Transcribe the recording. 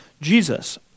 Jesus